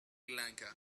lanka